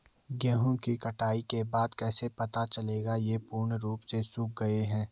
गेहूँ की कटाई के बाद कैसे पता चलेगा ये पूर्ण रूप से सूख गए हैं?